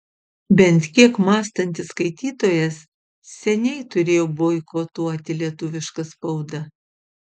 bent kiek mąstantis skaitytojas seniai turėjo boikotuoti lietuvišką spaudą